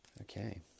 okay